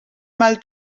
mal